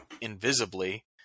invisibly